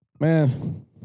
Man